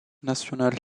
national